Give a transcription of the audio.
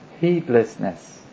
heedlessness